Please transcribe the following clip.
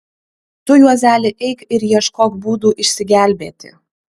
tu juozeli eik ir ieškok būdų išsigelbėti